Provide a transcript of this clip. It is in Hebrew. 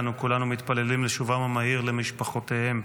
ואנו כולנו מתפללים לשובם המהיר למשפחותיהם.